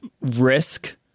risk